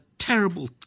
terrible